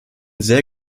sehr